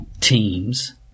teams